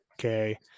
Okay